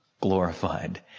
glorified